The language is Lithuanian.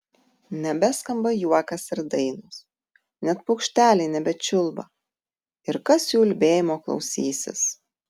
nebeskamba juokas ir dainos net paukšteliai nebečiulba ir kas jų ulbėjimo klausysis